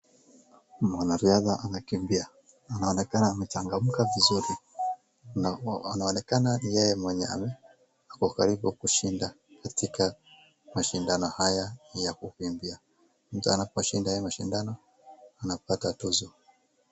Mwanariadha amekimbia, na anaonekana amechangamka vizuri na inaonekana ni yeye mwenye ako karibu kushinda katika mashindano haya ya kukimbia. Mtu anaposhinda hii mashindano anapata tuzo.